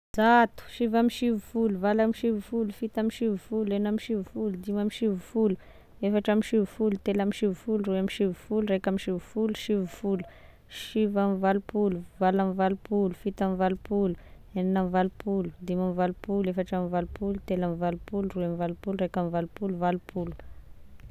Zato, sivy ambisivifolo, valo ambisivifolo, fito ambisivifolo, enina ambisivifolo, dimy ambisivifolo, efatra ambisivifolo, telo ambisivifolo, roy ambisivifolo, raika ambisivifolo, sivifolo, sivy amivalopolo, valo amivalopolo, fito amivalopolo, enina amivalopolo, dimy amivalopolo, efatra amivalopolo, telo amivalopolo, roy amivalopolo, raika amivalopolo, valopolo